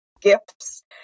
gifts